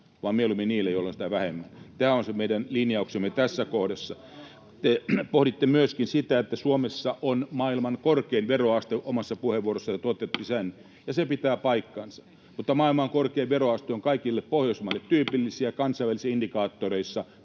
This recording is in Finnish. vaan mieluummin niille, joilla on sitä vähemmän. Tämä on se meidän linjauksemme tässä kohdassa. Te pohditte myöskin sitä, että Suomessa on maailman korkein veroaste. Omassa puheenvuorossanne tuotte sen, ja se pitää paikkansa, mutta maailman korkein veroaste on kaikille Pohjoismaille tyypillistä. Kansainvälisissä indikaattoreissa